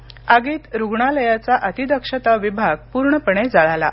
या आगीत रुग्णालयाचा अतीदक्षता विभाग पूर्णपणे जळाला आहे